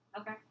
Okay